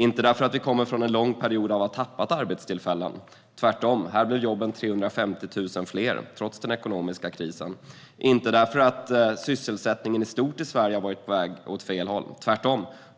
gör det inte därför att vi kommer från en lång period av att ha tappat arbetstillfällen, tvärtom. Här blev jobben 350 000 fler, trots den ekonomiska krisen. De gör det inte därför att sysselsättningen i stort i Sverige har varit på väg åt fel håll, tvärtom.